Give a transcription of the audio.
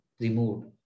removed